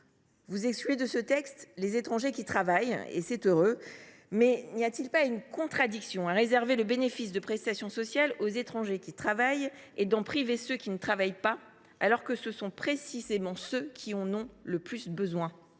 dispositions de ce texte les étrangers qui travaillent, et c’est heureux. Mais n’y a t il pas une contradiction à réserver le bénéfice de prestations sociales aux étrangers qui travaillent et à en priver ceux qui ne travaillent pas, donc ceux qui, précisément, en ont le plus besoin ?